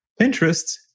Pinterest